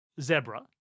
zebra